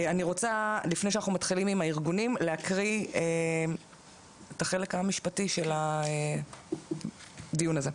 לפני שאנחנו מתחילים עם הארגונים להקריא את החלק המשפטי של הדיון הזה.